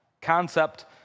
concept